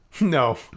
no